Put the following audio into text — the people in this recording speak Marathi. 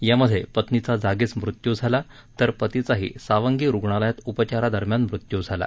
यामध्ये पत्नीचा जागीच मृत्यू झाला तर पतीचाही सावंगी रुग्णालयात उपचारादरम्यान मृत्यू झाला